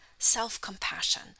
self-compassion